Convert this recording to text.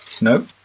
No